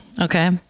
okay